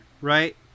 right